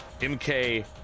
Mk